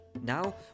Now